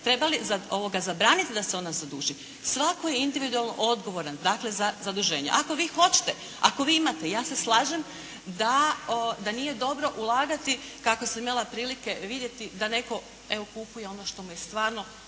trebali zabraniti da se ona zaduži? Svatko je individualno odgovoran dakle za zaduženje. Ako vi hoćete, ako vi imate, ja se slažem da nije dobro ulagati, kako sam imala prilike vidjeti da netko evo kupuje ono što mu je stvarno